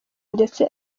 ndetse